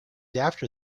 after